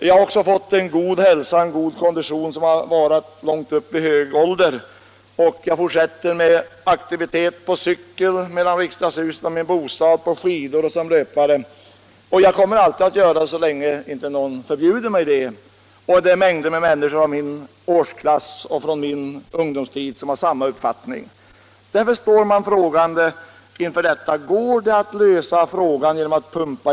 Jag har också fått en god hälsa och en god kondition som har varat långt upp i hög ålder. Jag fortsätter med aktivitet på cykel, mellan Riksdagshuset och min bostad, på skidor och som löpare, och det kommer jag att göra så länge ingen förbjuder mig det. Det är mängder av människor av min åldersklass, som var unga när jag var ung, som har samma uppfattning.